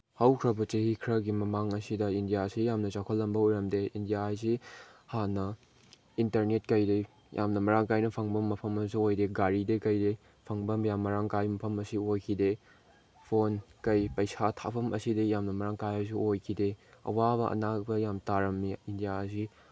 ꯍꯧꯈ꯭ꯔꯕ ꯆꯍꯤ ꯈꯔꯒꯤ ꯃꯃꯥꯡ ꯑꯁꯤꯗ ꯏꯟꯗꯤꯌꯥꯁꯤ ꯌꯥꯝꯅ ꯆꯥꯎꯈꯠꯂꯝꯕ ꯑꯣꯏꯔꯝꯗꯦ ꯏꯟꯗꯤꯌꯥ ꯍꯥꯏꯁꯤ ꯍꯥꯟꯅ ꯏꯟꯇꯔꯅꯦꯠ ꯀꯩꯗꯩ ꯌꯥꯝꯅ ꯃꯔꯥꯡ ꯀꯥꯏꯅ ꯐꯪꯕ ꯃꯐꯝ ꯑꯃꯁꯨ ꯑꯣꯏꯗꯦ ꯒꯥꯔꯤꯗꯩ ꯀꯩꯗꯩ ꯐꯪꯕꯝ ꯌꯥꯝ ꯃꯔꯥꯡ ꯀꯥꯏꯕ ꯃꯐꯝ ꯑꯁꯤ ꯑꯣꯏꯈꯤꯗꯦ ꯐꯣꯟ ꯀꯔꯤ ꯄꯩꯁꯥ ꯊꯥꯐꯝ ꯑꯁꯤꯗ ꯌꯥꯝꯅ ꯃꯔꯥꯡ ꯀꯥꯏꯕꯁꯨ ꯑꯣꯏꯈꯤꯗꯦ ꯑꯋꯥꯕ ꯑꯅꯥꯕ ꯌꯥꯝ ꯇꯥꯔꯝꯃꯤ ꯏꯟꯗꯤꯌꯥꯁꯤ